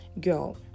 girl